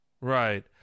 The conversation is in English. Right